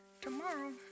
tomorrow